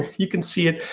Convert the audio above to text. ah you can see it.